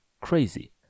crazy